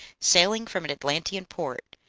sailing from an atlantean port,